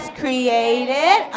created